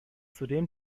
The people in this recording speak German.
zudem